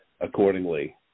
accordingly